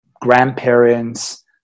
grandparents